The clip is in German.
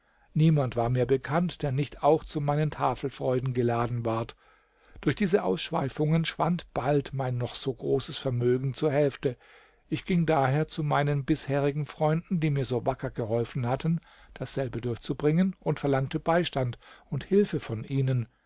niemand war mir bekannt der nicht auch zu meinen tafelfreuden geladen ward durch diese ausschweifungen schwand bald mein noch so großes vermögen zur hälfte ich ging daher zu meinen bisherigen freunden die mir so wacker geholfen hatten dasselbe durchzubringen und verlangte beistand und hilfe von ihnen